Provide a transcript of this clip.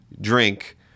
drink